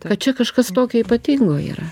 kad čia kažkas tokio ypatingo yra